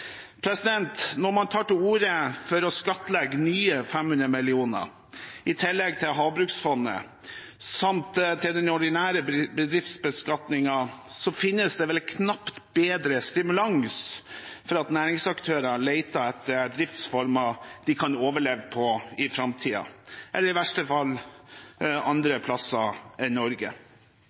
Når man tar til orde for å skattlegge nye 500 mill. kr, i tillegg til Havbruksfondet samt den ordinære bedriftsbeskatningen, finnes det vel knapt bedre stimulans for at næringsaktører leter etter driftsformer de kan overleve på i framtiden – eller i verste fall andre plasser enn i Norge.